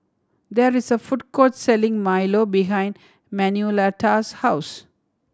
there is a food court selling milo behind Manuelita's house